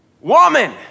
Woman